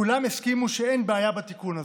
כולם הסכימו שאין בעיה בתיקון הזה.